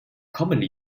commonly